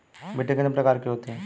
मिट्टी कितने प्रकार की होती हैं?